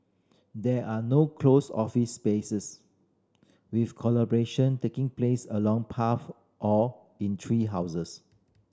there are no closed office spaces with collaboration taking place along path or in tree houses